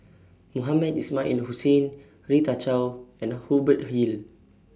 Mohamed Ismail Hussain Rita Chao and Hubert Hill